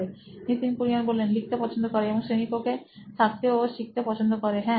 নিতিন কুরিয়ান সি ও ও নোইন ইলেক্ট্রনিক্স লিখতে পছন্দ করে এবং শ্রেণীকক্ষে থাকতে ও শিখতে পছন্দ করে হ্যাঁ